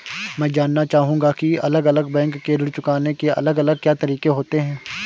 मैं जानना चाहूंगा की अलग अलग बैंक के ऋण चुकाने के अलग अलग क्या तरीके होते हैं?